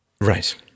Right